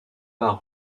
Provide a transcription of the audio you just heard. bas